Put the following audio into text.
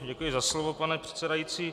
Děkuji za slovo, pane předsedající.